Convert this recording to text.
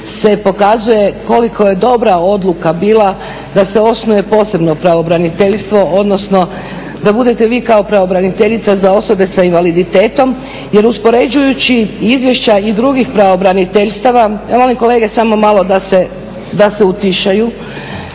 se pokazuje koliko je dobra odluka bila da se osnuje posebno pravobraniteljstvo odnosno da budete vi kao pravobraniteljica za osobe s invaliditetom jer uspoređujući izvješća i drugih pravobraniteljstava, vidimo da vaše aktivnosti